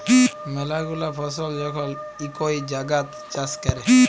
ম্যালা গুলা ফসল যখল ইকই জাগাত চাষ ক্যরে